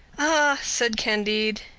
ah! said candide,